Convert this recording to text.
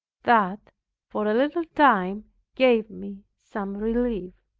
that for a little time gave me some relief